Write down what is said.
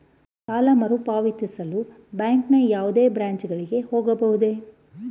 ಸಾಲ ಮರುಪಾವತಿಸಲು ಬ್ಯಾಂಕಿನ ಯಾವುದೇ ಬ್ರಾಂಚ್ ಗಳಿಗೆ ಹೋಗಬಹುದೇ?